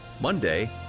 Monday